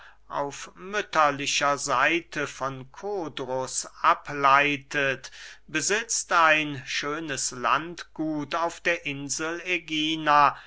auf mütterlicher seite von kodrus ableitet besitzt ein schönes landgut auf der insel ägina